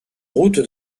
route